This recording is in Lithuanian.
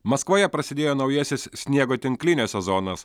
maskvoje prasidėjo naujasis sniego tinklinio sezonas